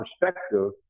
perspective